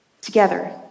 together